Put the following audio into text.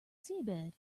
seabed